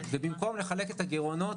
ובמקום לחלק את הגירעונות,